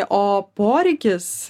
o poreikis